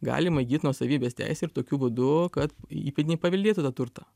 galima įgyt nuosavybės teisę ir tokiu būdu kad įpėdiniai paveldėtų tą turtą